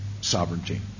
sovereignty